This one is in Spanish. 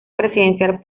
presidencial